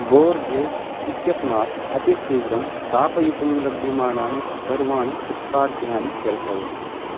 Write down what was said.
Borges इत्यस्मात् अतिशीघ्रं प्रापयितुं लभ्यमानानि सर्वाणि उत्पाद्यानि दर्शय